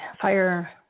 fire